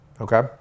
okay